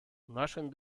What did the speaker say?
нашим